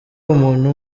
umuntu